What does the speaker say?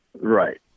Right